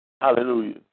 Hallelujah